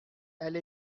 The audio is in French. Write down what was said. elle